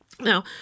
Now